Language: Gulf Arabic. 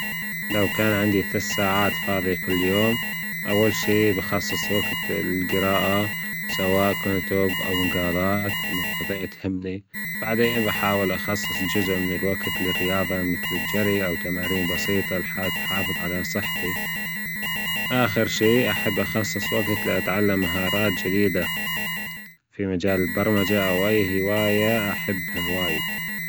لو كان عندي ثلاث ساعات فاضية كل يوم، أول شي بأخصص وجت للجراءة سواء كتب أو مجالات مواضيع تهمني، بعدين بحاول أخصص جزء من الوجت للرياضة مثل الجري أو تمارين بسيطة لحد أحافظ على صحتي، آخر شي أحب أخصص وقت لأتعلم مهارات جديدة في مجال البرمجة أو أي هواية أحبها وايد.